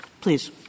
Please